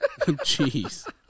jeez